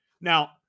Now